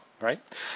right